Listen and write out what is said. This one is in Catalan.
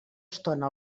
estona